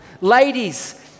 Ladies